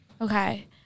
Okay